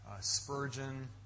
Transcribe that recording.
Spurgeon